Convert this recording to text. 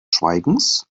schweigens